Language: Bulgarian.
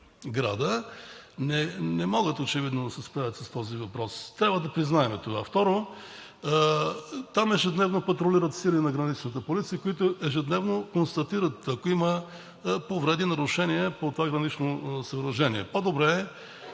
града не могат очевидно да се справят с този въпрос, трябва да признаем това. Второ, там ежедневно патрулират сили на Граничната полиция, които ежедневно констатират, ако има повреди, нарушения по това гранично съоръжение. По-добре е